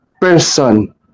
person